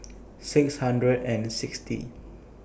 six hundred and sixty